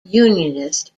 unionist